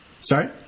Sorry